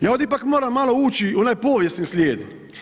Ja ovdje ipak moram malo ući u onaj povijesni slijed.